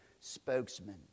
spokesman